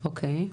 אוקיי.